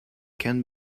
can